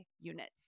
units